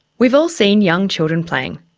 we've all seen young children playing.